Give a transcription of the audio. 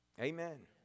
Amen